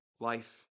life